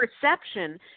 perception